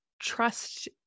trust